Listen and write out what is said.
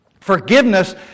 Forgiveness